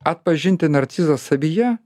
atpažinti narcizą savyje